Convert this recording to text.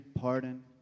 pardon